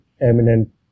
eminent